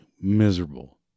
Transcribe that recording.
miserable